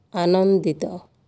ଆନନ୍ଦିତ